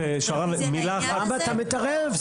למה אתה מתערב?